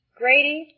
grady